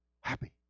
Happy